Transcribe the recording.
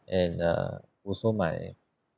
and uh also my